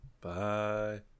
Bye